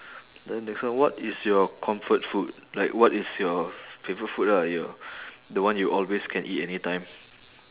then next one what is your comfort food like what is your favourite food lah your the one you always can eat anytime